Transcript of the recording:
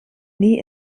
nie